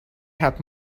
had